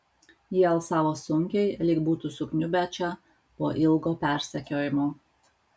jie alsavo sunkiai lyg būtų sukniubę čia po ilgo persekiojimo